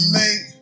make